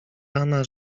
rana